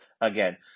again